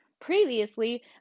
previously